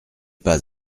pas